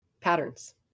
patterns